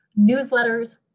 newsletters